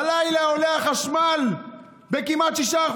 הלילה עולה החשמל כמעט ב-6%.